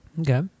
okay